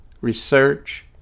research